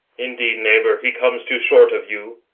indeed, neighbour, he comes too short of you.